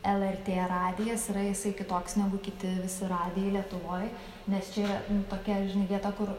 lrt radijas yra jisai kitoks negu kiti visi radijai lietuvoj nes čia yra tokia žinai vieta kur